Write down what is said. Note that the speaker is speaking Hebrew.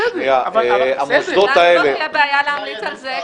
אבל לא תהיה בעיה להמליץ על זה.